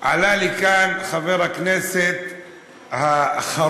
עלה לכאן חבר הכנסת החרוץ,